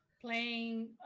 playing